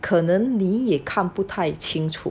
可能也看不太清楚